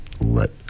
let